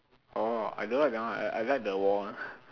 orh I don't like that one I like the war one